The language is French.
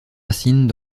racines